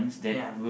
ya